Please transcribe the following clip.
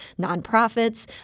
nonprofits